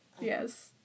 yes